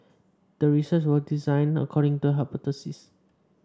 the research was designed according to the hypothesis